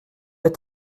est